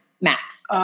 max